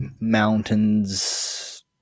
mountains